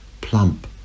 plump